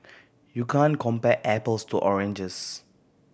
you can compare apples to oranges